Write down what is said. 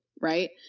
right